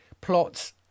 plots